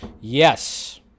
yes